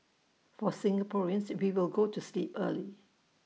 for Singaporeans we will go to sleep early